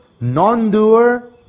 non-doer